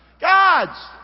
God's